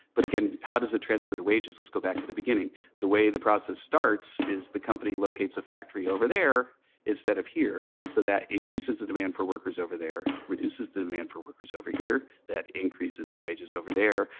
but again, how does it transfer to wages? let's go back to the beginning the way the process starts is the company locates a factory over there instead of here. so that increases the demand for workers over there, reduces the demand for workers over here. that increases the wages over there,